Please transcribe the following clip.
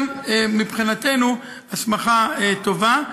מבחינתנו גם היא הסמכה טובה.